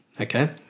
Okay